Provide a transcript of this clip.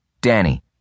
Danny